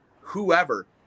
whoever